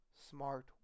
smart